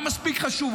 מה מספיק חשוב?